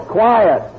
quiet